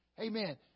Amen